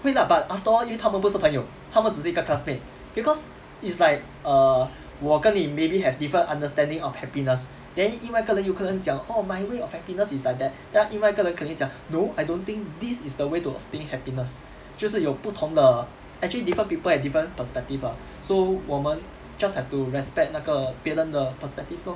会 lah but after all 因为他们不是朋友他们只是一个 classmate because it's like err 我跟你 maybe have different understanding of happiness then 另外一个人有可能讲 oh my way of happiness is like that then ah 另外一个人有可能讲 no I don't think this is the way to obtain happiness 就是有不同的 actually different people have different perspective ah so 我们 just have to respect 那个别人的 perspective lor